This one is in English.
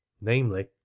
namely